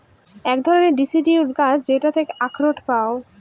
এক ধরনের ডিসিডিউস গাছ যেটার থেকে আখরোট পায়